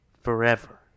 forever